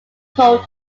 coal